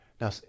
Now